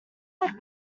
like